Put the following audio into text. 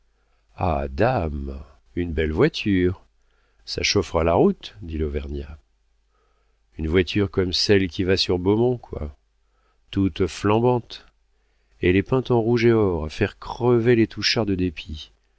dame une belle voiture ça chauffera la route dit l'auvergnat une voiture comme celle qui va sur beaumont quoi toute flambante elle est peinte en rouge et or à faire crever les touchard de dépit